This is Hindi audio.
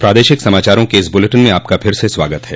प्रादेशिक समाचारों के इस बुलेटिन में आपका फिर से स्वागत है